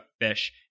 fish